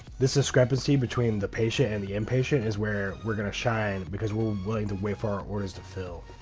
this discrepancy between the patient and the impatient is where we're gonna shine because we're willing to wait for our orders to fill.